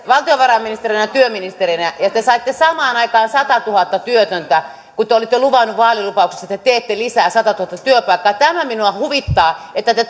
valtiovarainministerinä ja työministerinä ja te saitte aikaan satatuhatta työtöntä kun te olitte luvanneet vaalilupauksissa että te teette lisää satatuhatta työpaikkaa tämä minua huvittaa että te